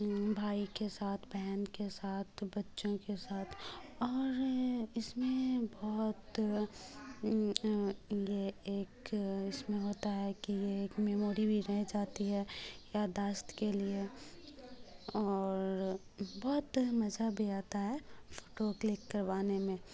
بھائی کے ساتھ بہن کے ساتھ بچوں کے ساتھ اور اس میں بہت یہ ایک اس میں ہوتا ہے کہ یہ ایک میموری بھی رہ جاتی ہے یاداست کے لیے اور بہت مزہ بھی آتا ہے فوٹو کلک کروانے میں